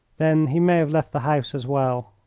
then he may have left the house as well.